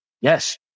yes